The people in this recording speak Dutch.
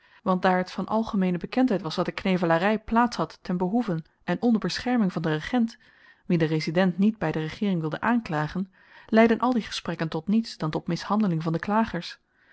want daar t van algemeene bekendheid was dat de knevelary plaats had ten behoeve en onder bescherming van den regent wien de resident niet by de regeering wilde aanklagen leidden al die gesprekken tot niets dan tot mishandeling van de klagers